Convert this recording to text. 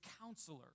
counselor